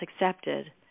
accepted